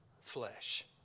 flesh